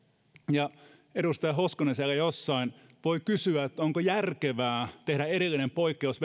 edustaja hoskonen siellä jossain voi kysyä onko järkevää tehdä verojärjestelmään erillinen poikkeus